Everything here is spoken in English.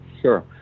Sure